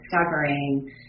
discovering